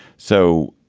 so,